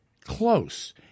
close